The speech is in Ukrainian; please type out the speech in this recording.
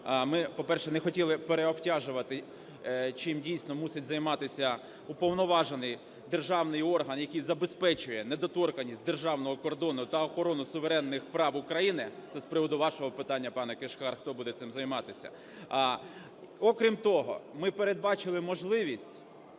ми, по-перше, не хотіли переобтяжувати, чим дійсно мусить займатися уповноважений державний орган, який забезпечує недоторканність державного кордону та охорону суверенних прав України, – це з приводу вашого питання, пане Кишкар, хто буде цим займатися. Окрім того, ми передбачили можливість,